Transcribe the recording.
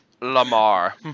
Lamar